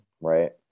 right